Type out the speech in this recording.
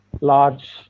large